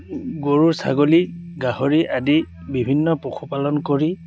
গৰু ছাগলী গাহৰি আদি বিভিন্ন পশুপালন কৰি